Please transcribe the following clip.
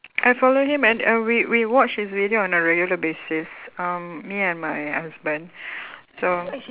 I follow him and and we we watch his video on a regular basis um me and my husband so